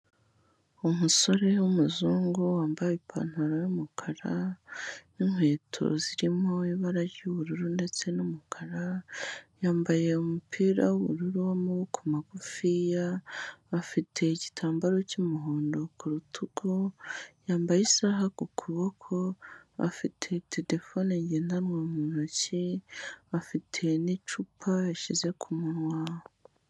Umusore w'umuzungu wambaye ipantaro y'umukara n'inkweto zirimo ibara ry'ubururu ndetse n'umukara, yambaye umupira w'ubururu w'amaboko magufiya, afite igitambaro cy'umuhondo ku rutugu, yambaye isaha ku kuboko, afite telefone ngendanwa mu ntoki, afite n'icupa yashyize kumunwa.